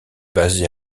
basé